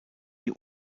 die